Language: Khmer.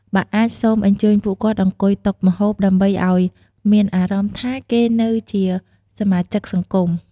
បើអាច សូមអញ្ជើញពួកគាត់អង្គុយតុម្ហូប ដើម្បីអោយមានអារម្មណ៍ថាគេនៅជាសមាជិកសង្គម។